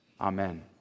Amen